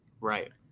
Right